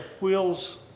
wheels